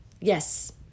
yes